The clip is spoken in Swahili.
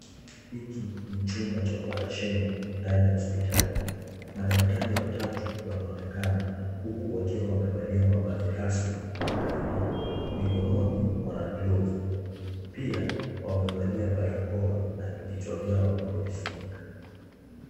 Hiki ni chumba cha operesheni ndani ya hospitali, madaktari watatu wanaonekana, huku wakiwa wamevalia mavazi rasmi ya kazi hii, mikononi wana glovu, pia wamevalia barakoa na vichwa vyao wamevifunika.